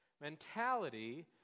mentality